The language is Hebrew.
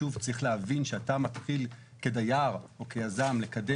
שוב צריך להבין שאתה מתחיל כדייר או כיזם לקדם